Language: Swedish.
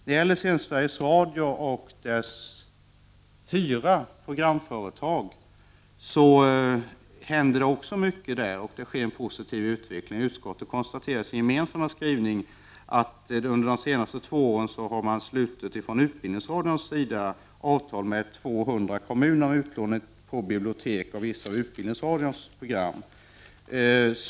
Det händer också mycket inom Sveriges Radio och dess fyra programföretag, och det sker en positiv utveckling. Utskottet konstaterar i sin enhälliga skrivning att under de senaste två åren har Utbildningsradion slutit avtal med 200 kommuner om utlåning på bibliotek av några av Utbildningsradions program.